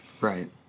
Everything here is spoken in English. right